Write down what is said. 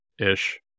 ish